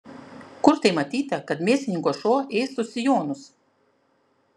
kur tai matyta kad mėsininko šuo ėstų sijonus